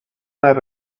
that